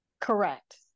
Correct